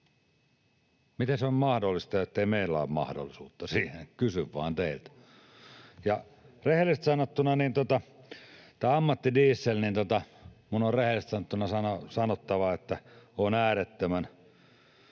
Miten se on mahdollista, että meillä ei ole mahdollisuutta siihen, kysyn vain teiltä. Rehellisesti sanottuna tämä ammattidiesel... Minun on rehellisesti sanottuna sanottava, että olen äärettömän